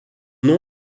nom